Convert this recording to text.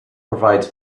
provides